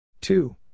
two